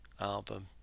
album